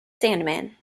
sandman